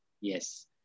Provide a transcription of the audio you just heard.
Yes